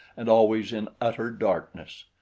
and always in utter darkness.